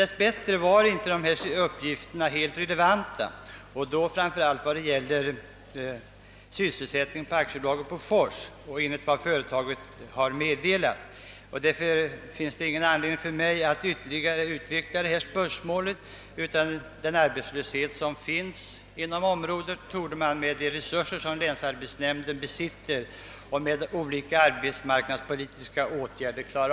Dessbättre var inte dessa uppgifter helt relevanta, framför allt vad gäller sysselsättningen inom AB Bofors, enligt vad företagsledningen meddelat. Därför finns det ingen anledning för mig att ytterligare utveckla detta spörsmål, utan den arbetslöshet som finns inom området torde klaras med hjälp av de resurser som länsarbetsnämnden har och med olika arbetsmarknadspolitiska åtgärder.